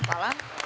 Hvala.